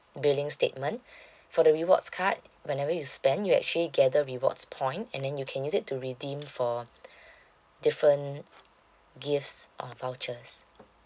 billing statement for the rewards card whenever you spend you actually gather rewards point and then you can use it to redeem for different gifts or vouchers